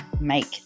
make